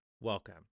welcome